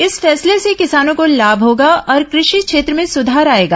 इस फैसले से किसानों को लाम होगा और कृषि क्षेत्र में सुधार आएगा